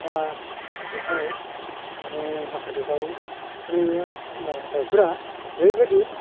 दा बेवहाय माने माखासे दाउफोरा ओरैबादि